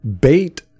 bait